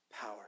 power